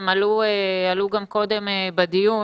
הם עלו גם קודם בדיון.